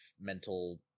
mental